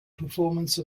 performance